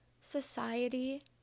society